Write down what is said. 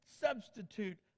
substitute